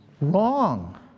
Wrong